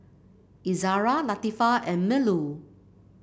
Izzara Latifa and Melur